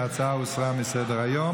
ההצעה הוסרה מסדר-היום.